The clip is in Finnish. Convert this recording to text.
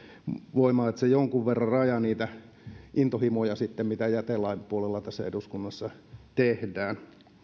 voimaan se jonkun verran rajaa niitä intohimoja sitten mitä jätelain puolella tässä eduskunnassa tehdään jätelain